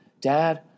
Dad